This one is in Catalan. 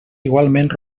igualment